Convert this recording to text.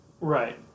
right